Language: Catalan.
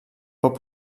pot